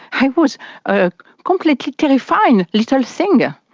i was a completely terrified little thing. yeah